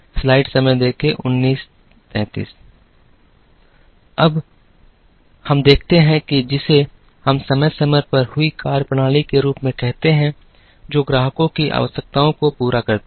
अब हम देखते हैं जिसे हम समय समय पर हुई कार्यप्रणाली के रूप में कहते हैं जो ग्राहकों की आवश्यकताओं को पूरा करती है